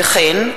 וכן,